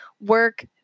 work